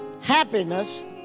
happiness